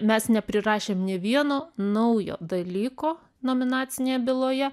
mes neprirašėm nė vieno naujo dalyko nominacinėje byloje